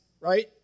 right